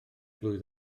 blwydd